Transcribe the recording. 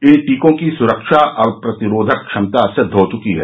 इन टीकों की सुरक्षा और प्रतिरोधक क्षमता सिद्व हो चुकी है